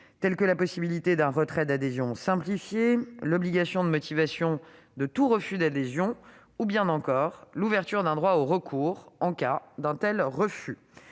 telles que la possibilité d'un retrait d'adhésion simplifié, l'obligation de motivation de tout refus d'adhésion ou encore l'ouverture d'un droit au recours en cas d'un tel refus.